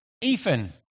Ethan